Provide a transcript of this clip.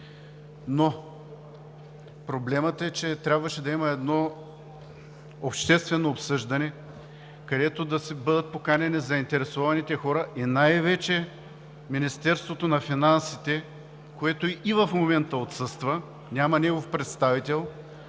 но проблемът е, че трябваше да има едно обществено обсъждане, където да бъдат поканени заинтересованите хора и най-вече Министерството на финансите, което и в момента отсъства, няма негов представител.